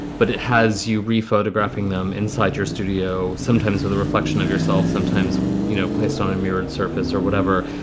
but it has you re photographing them inside your studio, sometimes with the reflection of yourself, sometimes you know placed on a and mirrored surface or whatever.